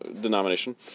denomination